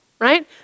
right